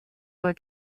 were